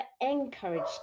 encouraged